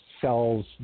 cells